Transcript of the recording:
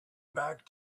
back